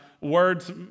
Words